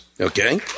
Okay